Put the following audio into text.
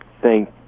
thank